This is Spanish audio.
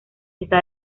está